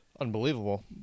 Unbelievable